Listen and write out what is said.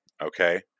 Okay